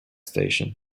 station